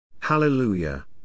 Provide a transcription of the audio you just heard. Hallelujah